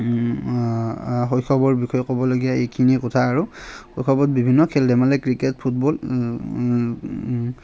শৈশৱৰ বিষয়ে ক'বলগীয়া এইখিনিয়ে কথা আৰু শৈশৱত বিভিন্ন খেল ধেমালি ক্ৰিকেট ফুটবল